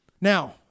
Now